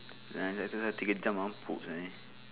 uh check check check tiga jam mabuk sia ni